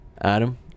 Adam